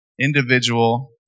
individual